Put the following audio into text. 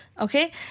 Okay